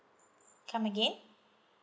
come again